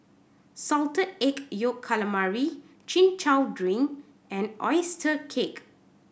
Salted Egg Yolk Calamari Chin Chow drink and oyster cake